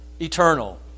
eternal